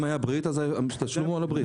אם הייתה ברית, משלמים על הברית.